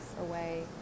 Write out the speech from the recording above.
away